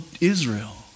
Israel